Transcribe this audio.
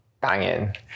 banging